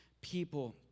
people